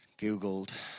Googled